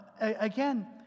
again